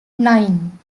nine